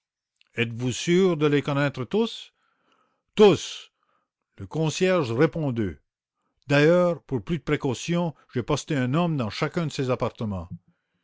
êtes-vous sûr de les connaître tous tous la concierge répond d'eux d'ailleurs pour plus de précaution j'ai posté un homme dans chacun de ces appartements